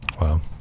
Wow